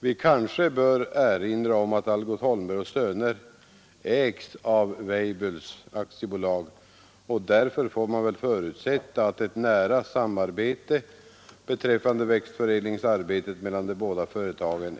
Vi kanske bör erinra om att Algot Holmberg och Söner AB ägs av W. Weibull AB. Därför får man förutsätta att ett nära samarbete beträffande växtförädlingsarbetet äger rum mellan de båda företagen.